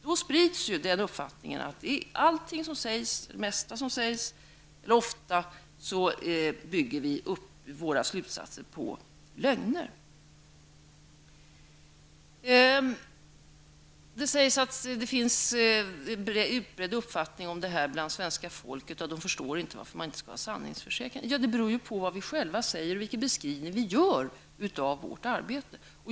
Då sprids ju uppfattningen att det mesta som sägs är lögn och att vi ofta bygger våra slutsatser på lögner. Det sägs att det är en utbredd uppfattning hos svenska folket att man inte förstår varför vi inte har en ordning med sanningsförsäkran. Det beror ju på vad vi själva säger, vilken beskrivning vi gör av vårt arbete.